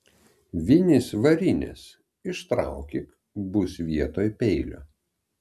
vinys varinės ištraukyk bus vietoj peilio